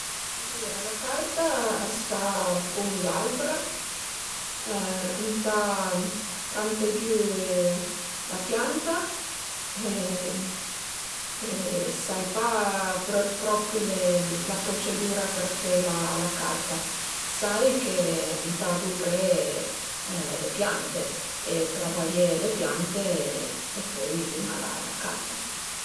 Alura la carta a s'fa cun gl'albr, ëntà campé giü la pianta e sai pa propi la procedüra për fe la carta, sai che ëntà duvré le piante e travaié le piante e pöi ün al a la carta